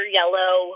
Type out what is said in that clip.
yellow